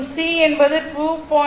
மற்றும் C என்பது 2